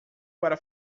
para